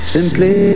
Simply